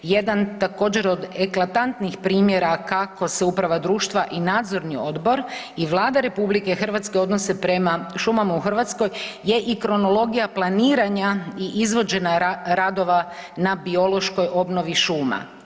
Jedan također od eklatantnih primjera kako se uprava društva i nadzorni odbor i Vlada Republike Hrvatske odnose prema šumama u Hrvatskoj je i kronologija planiranja i izvođenje radova na biološkoj obnovi šuma.